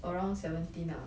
around seventeen ah